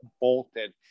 bolted